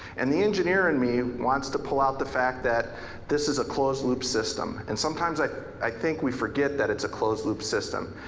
and the engineer in me wants to pull out the fact that this is a closed-loop system. and sometimes like i think we forget that it's a closed-loop system.